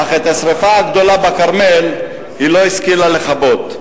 אך את השרפה הגדולה בכרמל היא לא השכילה לכבות.